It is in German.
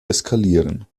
eskalieren